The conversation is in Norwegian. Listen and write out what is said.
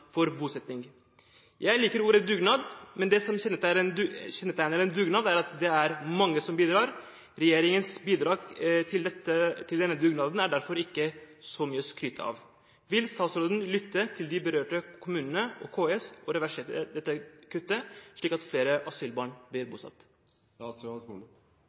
for bosetting. Jeg liker ordet «dugnad», men det som kjennetegner en dugnad, er at det er mange som bidrar. Regjeringens bidrag til denne dugnaden er derfor ikke så mye å skryte av. Vil statsråden lytte til de berørte kommunene og KS og reversere dette kuttet, slik at flere asylbarn blir